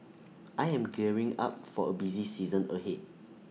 I am gearing up for A busy season ahead